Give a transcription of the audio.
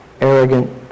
arrogant